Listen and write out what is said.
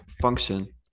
function